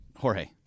Jorge